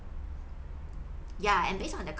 ya and based on the